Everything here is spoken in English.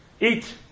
eat